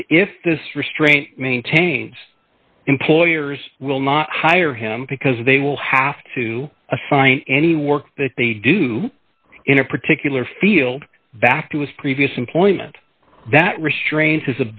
if this restraint maintains employers will not hire him because they will have to assign any work that they do in a particular field back to his previous employment that restrains his